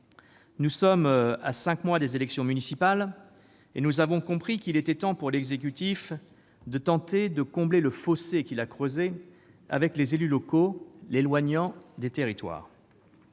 nous sommes à cinq mois des élections municipales et nous avons compris qu'il était temps, pour l'exécutif, de tenter de combler le fossé qu'il a creusé avec les élus locaux, l'éloignant des territoires.